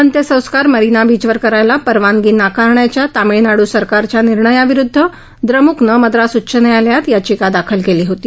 अंत्यसंस्कार मरिना बीचवर करायला परवानगी नाकारण्याच्या तामीळनाडू सरकारच्या निर्णयाविरुद्ध द्रमुकनं मद्रास उच्च न्यायालयात याचिका दाखल केली होती